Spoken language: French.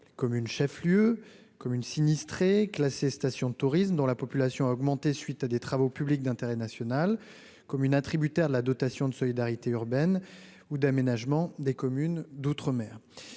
communes chefs-lieux communes sinistrées classée station de tourisme dont la population a augmenté suite à des travaux publics d'intérêt national comme une attributaires de la dotation de solidarité urbaine ou d'aménagement des communes d'outre-mer,